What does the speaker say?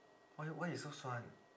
why why you so 酸